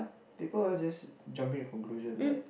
people are just jumping to conclusion like